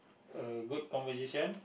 a good conversation